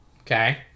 Okay